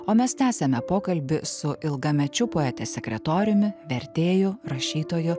o mes tęsiame pokalbį su ilgamečiu poetės sekretoriumi vertėju rašytoju